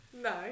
no